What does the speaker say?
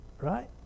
right